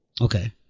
Okay